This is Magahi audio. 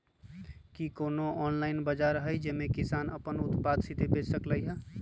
कि कोनो ऑनलाइन बाजार हइ जे में किसान अपन उत्पादन सीधे बेच सकलई ह?